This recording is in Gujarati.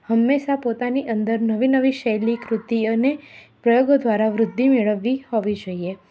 હંમેશા પોતાની અંદર નવી નવી શૈલી કૃતિ અને પ્રયોગો દ્વારા વૃદ્ધિ મેળવવી હોવી જોઈએ